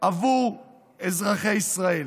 עבור אזרחי ישראל.